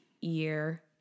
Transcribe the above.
year